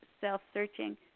self-searching